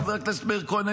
חבר הכנסת מאיר כהן,